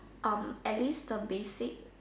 at least the basic